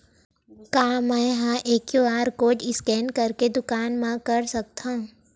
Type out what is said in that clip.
का मैं ह क्यू.आर कोड स्कैन करके दुकान मा कर सकथव?